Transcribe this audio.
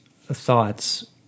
thoughts